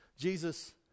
Jesus